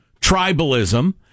tribalism